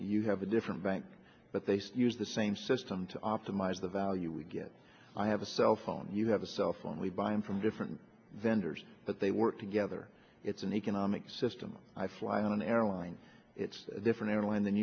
you have a different bank but they still use the same system to optimize the value we get i have a cell phone you have a cell phone we buy from different vendors but they work together it's an economic system i fly on airlines it's a different airline than